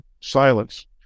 silence